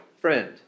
friend